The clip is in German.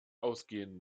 ausgehen